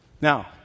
Now